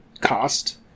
cost